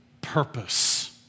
purpose